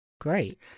Great